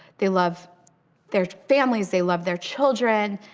they love their families, they love their children,